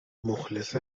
مخلص